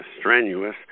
strenuous